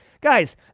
Guys